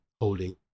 holding